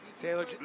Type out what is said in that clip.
Taylor